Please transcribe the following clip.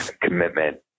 commitment